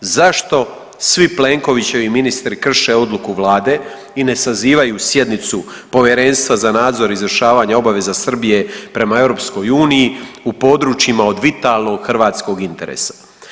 Zašto svi Plenkovićevi ministri krše odluku Vlade i ne sazivaju sjednicu Povjerenstva za nadzor izvršavanja obaveza Srbije prema Europskoj uniji u područjima od vitalnog hrvatskog interesa?